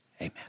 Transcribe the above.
amen